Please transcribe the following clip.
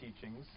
teachings